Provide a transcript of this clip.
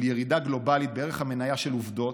של ירידה גלובלית בערך המניה של עובדות,